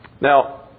Now